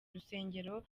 urusengero